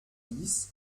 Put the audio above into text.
dix